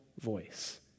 voice